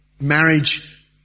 marriage